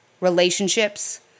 relationships